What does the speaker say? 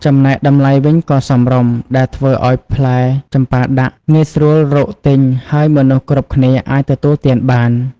ចំណែកតម្លៃវិញក៏សមរម្យ ដែលធ្វើឱ្យផ្លែចម្ប៉ាដាក់ងាយស្រួលរកទិញ ហើយមនុស្សគ្រប់គ្នាអាចទទួលទានបាន។